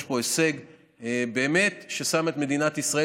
יש פה הישג שבאמת שם את מדינת ישראל